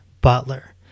Butler